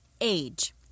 age